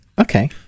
Okay